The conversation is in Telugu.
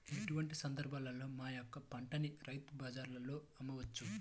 ఎటువంటి సందర్బాలలో మా యొక్క పంటని రైతు బజార్లలో అమ్మవచ్చు?